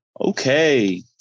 Okay